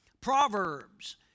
Proverbs